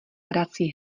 vrací